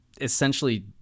essentially